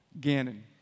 Gannon